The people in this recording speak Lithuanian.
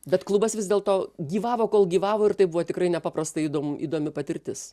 bet klubas vis dėlto gyvavo kol gyvavo ir tai buvo tikrai nepaprastai įdom įdomi patirtis